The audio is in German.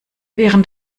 während